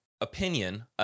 Opinion